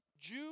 Jew